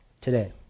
today